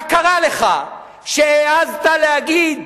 מה קרה לך כשהעזת להגיד